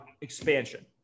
expansion